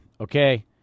Okay